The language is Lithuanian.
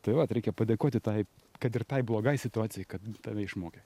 tai vat reikia padėkoti tai kad ir tai blogai situacijai kad tave išmokė